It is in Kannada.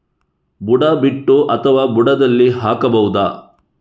ಬುಡ ಬಿಟ್ಟು ಅಥವಾ ಬುಡದಲ್ಲಿ ಹಾಕಬಹುದಾ?